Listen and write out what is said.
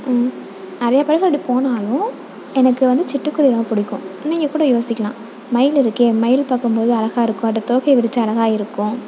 நிறையாப் பறவை அப்படி போனாலும் எனக்கு வந்து சிட்டுக்குருவியை தான் பிடிக்கும் நீங்கள்கூட யோசிக்கலாம் மயில் இருக்கே மயில் பார்க்கும்போது அழகாக இருக்கும் அது தோகையை விரித்தா அழகாக இருக்கும்